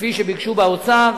כפי שביקשו באוצר,